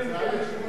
הצעה לתיקון,